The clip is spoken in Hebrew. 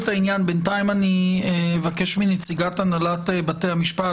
בינתיים אבקש מנציגת הנהלת בתי המשפט.